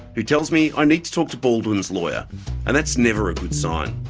who tells me i need to talk to baldwin's lawyer and that's never a good sign.